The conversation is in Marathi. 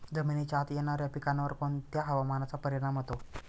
जमिनीच्या आत येणाऱ्या पिकांवर कोणत्या हवामानाचा परिणाम होतो?